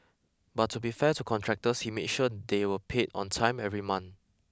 but to be fair to contractors he made sure they were paid on time every month